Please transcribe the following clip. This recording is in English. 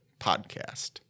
Podcast